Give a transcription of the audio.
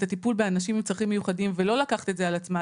הטיפול באנשים עם צרכים מיוחדים ולא לקחת את זה על עצמה,